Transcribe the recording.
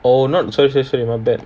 oh not sorry sorry my bad